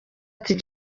ati